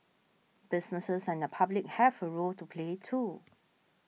businesses and the public have a role to play too